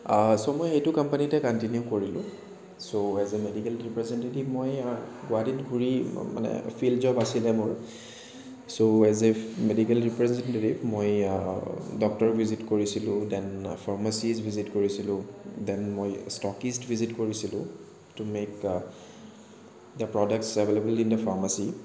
চ' মই এইটো কোম্পানীতে কন্টিনিউ কৰিলোঁ so as a medical representative মই গুৱাহাটীত কৰি মানে ফিল্ড জব আছিলে মোৰ so as a medical representative মই ডক্টৰ ভিজিট কৰিছিলোঁ দেন ফাৰ্মাচিজ ভিজিট কৰিছিলোঁ দেন মই ষ্টকিজ ভিজিট কৰিছিলোঁ to make the products available in the pharmacy